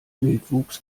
wildwuchs